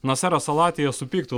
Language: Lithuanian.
naseras al atija supyktų